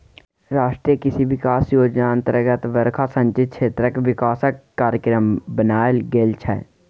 राष्ट्रीय कृषि बिकास योजना अतर्गत बरखा सिंचित क्षेत्रक बिकासक कार्यक्रम बनाएल गेल छै